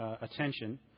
attention